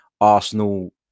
Arsenal